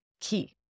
key